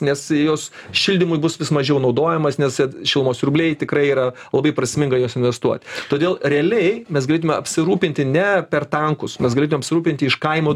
nes jos šildymui bus vis mažiau naudojamas nes šilumos siurbliai tikrai yra labai prasminga juos investuoti todėl realiai mes galėtume apsirūpinti ne per tankus mes galėtumėm apsirūpinti iš kaimo